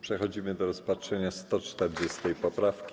Przechodzimy do rozpatrzenia 140. poprawki.